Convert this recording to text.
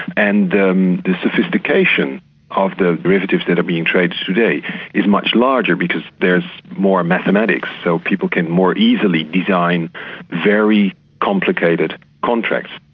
and the sophistication of the derivatives that are being traded today is much larger, because there's more mathematics, so people can more easily design very complicated contracts.